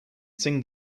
sing